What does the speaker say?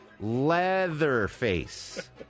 Leatherface